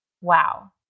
Wow